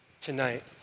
tonight